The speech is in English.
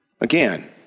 Again